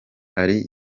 hari